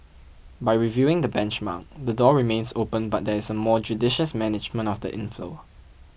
by reviewing the benchmark the door remains open but there is a more judicious management of the inflow